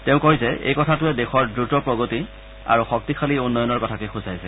তেওঁ কয় যে এই কথাটোৱে দেশৰ দ্ৰুত প্ৰগতি আৰু শক্তিশালী উন্নয়নৰ কথাকেই সূচাইছে